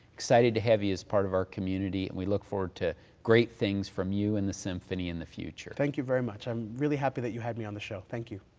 excited to have you as part of our community, and we look forward to great things from you and the symphony in the future. thank you very much. i'm really happy that you had me on the show. thank you.